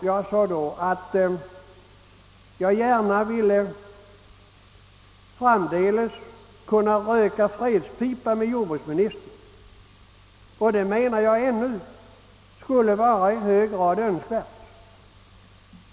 Jag sade då att jag gärna framdeles ville röka fredspipa med jordbruksministern, och det menar jag ännu skulle vara i hög grad önskvärt.